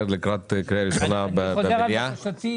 - הקצאת סכום לרשויות המקומיות הסמוכות לנמל התעופה בן-גוריון),